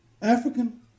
African